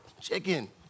chicken